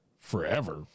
forever